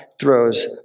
throws